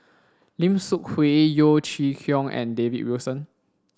Lim Seok Hui Yeo Chee Kiong and David Wilson